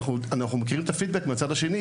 אנחנו גם מכירים את הפידבק מהצד השני,